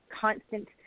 constant